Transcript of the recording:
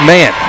Man